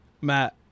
Matt